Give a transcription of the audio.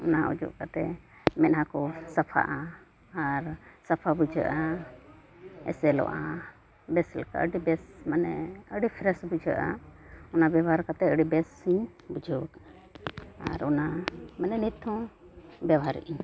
ᱚᱱᱟ ᱚᱡᱚᱜ ᱠᱟᱛᱮᱫ ᱢᱮᱫᱟᱦᱟ ᱠᱚ ᱥᱟᱯᱷᱟᱜᱼᱟ ᱟᱨ ᱥᱟᱯᱷᱟ ᱵᱩᱡᱷᱟᱹᱜᱼᱟ ᱮᱥᱮᱞᱮᱜᱼᱟ ᱵᱮᱥ ᱞᱮᱠᱟ ᱟᱹᱰᱤ ᱵᱮᱥ ᱢᱟᱱᱮ ᱟᱹᱰᱤ ᱵᱩᱡᱷᱟᱹᱜᱼᱟ ᱚᱱᱟ ᱵᱮᱵᱚᱦᱟᱨ ᱠᱟᱛᱮᱫ ᱟᱹᱰᱤ ᱵᱮᱥ ᱤᱧ ᱵᱩᱡᱷᱟᱹᱣ ᱟᱠᱟᱫᱟ ᱟᱨ ᱚᱱᱟ ᱢᱟᱱᱮ ᱱᱤᱛᱦᱚᱸ ᱵᱮᱵᱚᱦᱟᱨ ᱮᱫᱟᱹᱧ